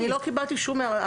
אני לא קיבלתי שום הערה,